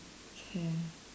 can